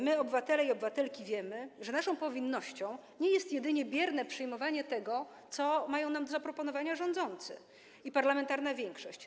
My, obywatele i obywatelki, wiemy, że naszą powinnością nie jest jedynie bierne przyjmowanie tego, co mają nam do zaproponowania rządzący i parlamentarna większość.